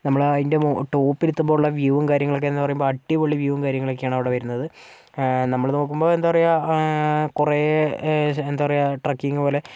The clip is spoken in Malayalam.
നമ്മൾ അതിൻ്റെ മോ ടോപ്പിലെത്തുമ്പോൾ ഉള്ള വ്യൂവും കാര്യങ്ങളൊക്കെയെന്ന് പറയുമ്പോൾ അടിപൊളി വ്യൂവും കാര്യങ്ങളൊക്കെയാണ് അവിടെ വരുന്നത് നമ്മൾ നോക്കുമ്പോൾ എന്താ അവിടെ പറയുക കുറേ എന്താ പറയുക ട്രക്കിങ്ങ് പോലെ